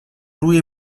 روی